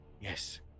Yes